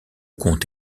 compte